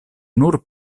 nur